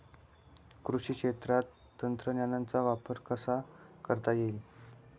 कृषी क्षेत्रात तंत्रज्ञानाचा वापर कसा करता येईल?